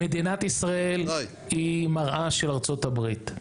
מדינת ישראל היא מראה של ארה"ב.